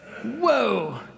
Whoa